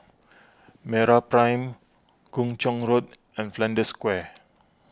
MeraPrime Kung Chong Road and Flanders Square